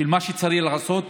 של מה שצריך לעשות,